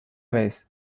ves